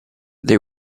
they